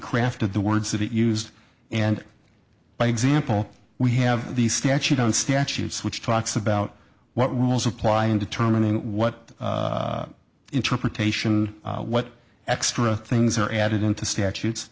crafted the words that it used and by example we have the statute on statutes which talks about what rules apply in determining what interpretation what extra things are added into statutes